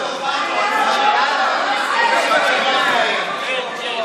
חשבת על הכול, רק לא על זה, כלפון.